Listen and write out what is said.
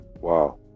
Wow